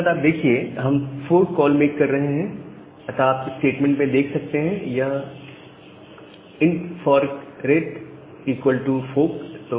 इसके बाद आप देखिए हम फोर्क कॉल मेक कर रहे हैं अतः आप इस स्टेटमेंट में देख सकते हैं यह int fork ret equal to fork int forkret fork